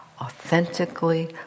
authentically